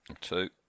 Two